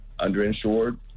underinsured